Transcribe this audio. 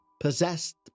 Possessed